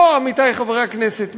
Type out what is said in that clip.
לא, עמיתי חברי הכנסת.